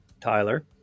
Tyler